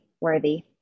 worthy